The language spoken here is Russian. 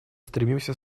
стремимся